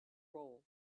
roll